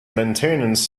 maintenance